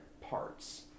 parts